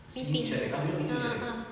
meeting ah ah